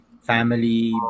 Family